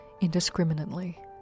indiscriminately